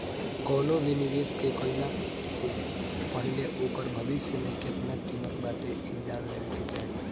कवनो भी निवेश के कईला से पहिले ओकर भविष्य में केतना किमत बाटे इ जान लेवे के चाही